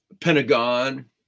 Pentagon